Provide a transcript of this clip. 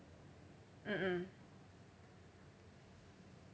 mm mm